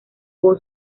wow